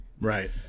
Right